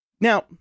Now